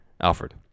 Alfred